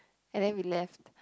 and then we left